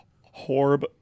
horb